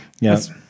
Yes